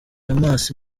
hamas